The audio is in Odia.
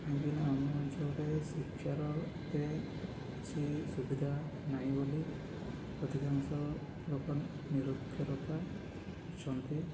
କାହିଁକି ନା ଆମ ଅଞ୍ଚଳରେ ଶିକ୍ଷାର ଏତେ କିଛି ସୁବିଧା ନାହିଁ ବୋଲି ଅଧିକାଂଶ ଲୋକ ନିରକ୍ଷରତା ଅଛନ୍ତି